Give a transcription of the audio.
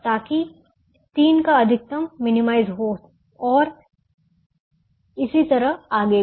ताकि 3 का अधिकतम मिनिमाइज हो और इसी तरह आगे भी